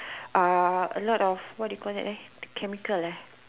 uh a lot of what you call that chemical eh